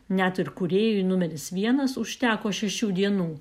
net ir kūrėjui numeris vienas užteko šešių dienų